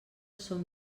som